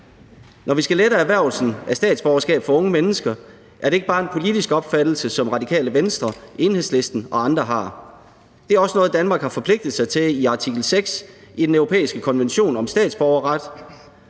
Når vi skal lette erhvervelsen af statsborgerskab for unge mennesker, er det ikke bare en politisk opfattelse, som Radikale Venstre, Enhedslisten og andre har. Det er også noget, Danmark har forpligtet sig til i artikel 6 i den europæiske konvention om statsborgerret.